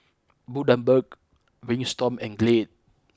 Bundaberg Wingstop and Glade